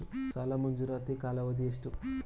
ಸಾಲ ಮಂಜೂರಾತಿ ಕಾಲಾವಧಿ ಎಷ್ಟು?